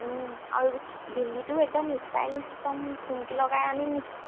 আৰু বিন্দিটো একদম ষ্টাইলিছ একদম চুমকি লগা আনিম নেকি